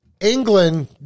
England